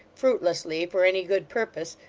fruitlessly for any good purpose,